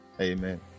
Amen